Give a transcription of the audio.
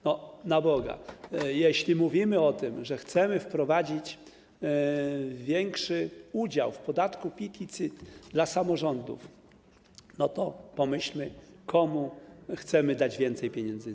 Na Boga, jeśli mówimy o tym, że chcemy wprowadzić większy udział w podatku PIT i CIT dla samorządów, to pomyślmy, komu chcemy dać więcej pieniędzy.